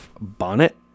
bonnet